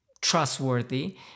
trustworthy